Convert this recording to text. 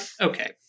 okay